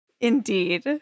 Indeed